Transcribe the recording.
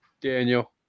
Daniel